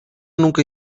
nunca